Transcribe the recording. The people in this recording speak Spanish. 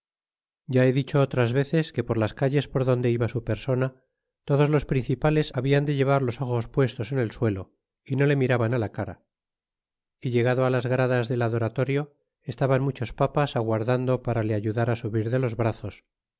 ya he dicho otras veces que por las calles por donde iba su persona todos los principales hablan de llevar los ojos puestos en el suelo y no le miraban á la cara y llegado á las gradas del adoratorio estaban muchos papas aguardando para le ayudará subir de los brazos